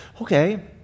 Okay